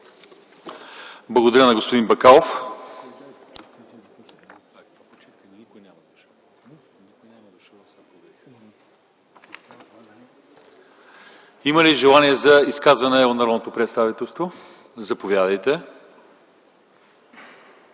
Благодаря на господин Бакалов. Има ли желания за изказване от народното представителство? Заповядайте.